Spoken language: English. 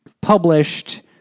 published